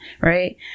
Right